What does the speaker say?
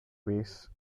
ways